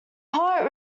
poet